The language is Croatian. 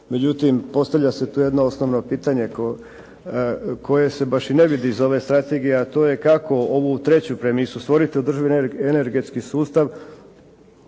međutim, postavlja se jedno osnovno pitanje koje se baš ne vidi iz ove Strategije kako ovu treću premisu stvoriti održivi energetski sustav,